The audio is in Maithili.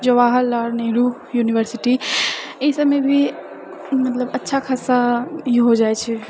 जवाहरलाल नेहरु यूनिवर्सिटी ई सबमे भी मतलब अच्छा खासा ई हो जाइत छै